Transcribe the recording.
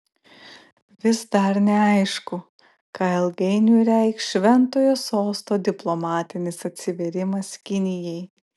vis dar neaišku ką ilgainiui reikš šventojo sosto diplomatinis atsivėrimas kinijai